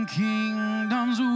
kingdoms